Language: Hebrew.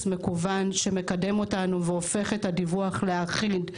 מקוון שמקדם אותנו והופך את הדיווח לאחיד,